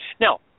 Now